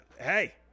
hey